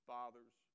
fathers